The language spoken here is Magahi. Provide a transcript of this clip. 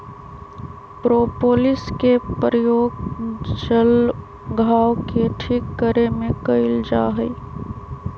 प्रोपोलिस के प्रयोग जल्ल घाव के ठीक करे में कइल जाहई